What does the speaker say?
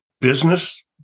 business